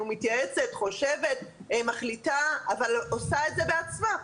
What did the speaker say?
מתייעצת, חושבת, מחליטה, אבל עושה את זה בעצמה.